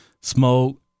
Smoke